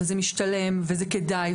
וזה משתלם וזה כדאי,